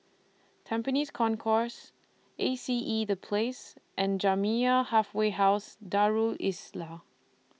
Tampines Concourse A C E The Place and Jamiyah Halfway House Darul Islah